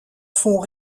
fond